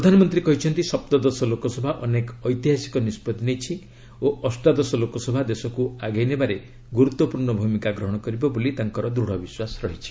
ପ୍ରଧାନମନ୍ତ୍ରୀ କହିଛନ୍ତି ସପ୍ତଦଶ ଲୋକସଭା ଅନେକ ଐତିହାସିକ ନିଷ୍ପଭି ନେଇଛି ଓ ଅଷ୍ଟାଦଶ ଲୋକସଭା ଦେଶକୁ ଆଗେଇ ନେବାରେ ଗୁରୁତ୍ୱପୂର୍ଣ୍ଣ ଭୂମିକା ଗ୍ରହଣ କରିବ ବୋଲି ତାଙ୍କର ଦୃଢ଼ ବିଶ୍ୱାସ ରହିଛି